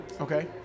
okay